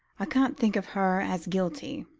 i can't think of her as guilty,